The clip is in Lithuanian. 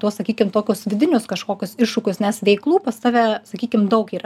tuos sakykim tokius vidinius kažkokius iššūkius nes veiklų pas tave sakykim daug yra